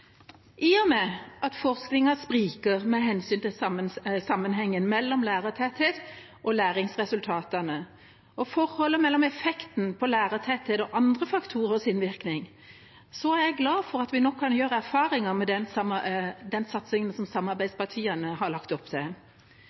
I og med at forskningen spriker med hensyn til sammenhengen mellom lærertetthet og læringsresultatene og forholdet mellom effekten på lærertetthet og andre faktorers innvirkning, er jeg glad for at vi nå kan gjøre erfaringer med den satsingen som samarbeidspartiene har lagt opp til.